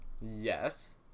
Yes